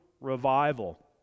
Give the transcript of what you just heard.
revival